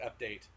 update